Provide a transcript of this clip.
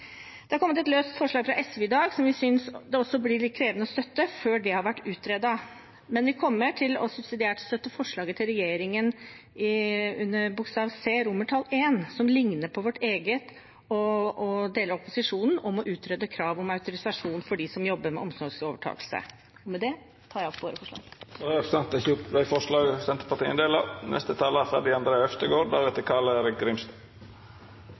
Det er kommet et løst forslag fra SV i dag, som vi også synes det blir krevende å støtte før det har vært utredet. Men vi kommer til subsidiært å støtte forslaget fra regjeringen til C I, som ligner på vårt og deler av opposisjonens forslag om å utrede krav om autorisasjon for dem som jobber med omsorgsovertakelse. Med det tar jeg opp vårt forslag og det vi har fremmet sammen med SV. Representanten Åslaug Sem-Jacobsen har teke opp dei forslaga ho viste til. Barnevernet er